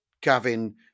Gavin